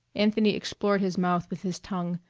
anthony explored his mouth with his tongue,